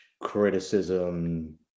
criticism